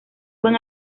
buen